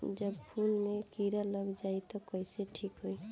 जब फूल मे किरा लग जाई त कइसे ठिक होई?